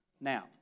Now